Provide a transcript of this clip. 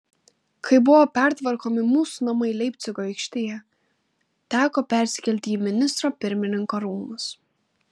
kai buvo pertvarkomi mūsų namai leipcigo aikštėje teko persikelti į ministro pirmininko rūmus